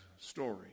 story